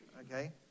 okay